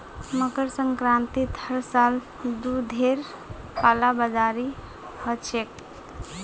मकर संक्रांतित हर साल दूधेर कालाबाजारी ह छेक